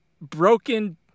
broken